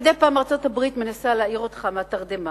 מדי פעם ארצות-הברית מנסה להעיר אותך מהתרדמה.